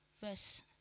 Verse